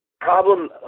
Problem